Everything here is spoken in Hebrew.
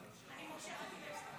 אני מושכת את ההסתייגויות.